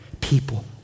people